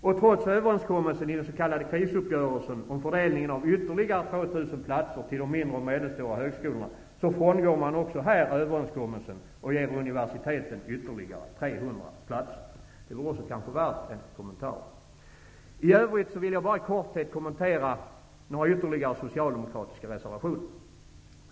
Och trots överenskommelsen i den s.k. krisuppgörelsen om fördelning av ytterligare 2 000 platser till de mindre och medelstora högskolorna frångår man också här överenskommelsen och ger universiteten ytterligare 300 platser. Också det vore kanske värt en kommentar. I övrigt vill jag bara i korthet kommentera några ytterligare socialdemokratiska reservationer.